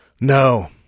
No